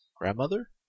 grandmother